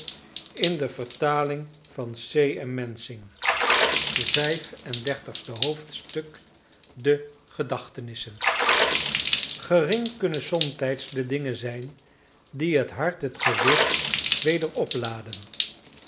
vijf en dertigste hoofdstuk de gedachtenissen gering kunnen somtijds de dingen zijn die het hart het gewicht weder opladen